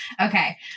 Okay